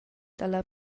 dalla